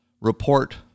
Report